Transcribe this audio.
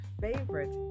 favorite